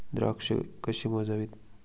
द्राक्षे कशी मोजावीत?